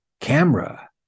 camera